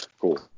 cool